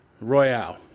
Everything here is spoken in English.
Royale